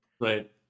right